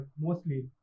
Mostly